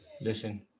Listen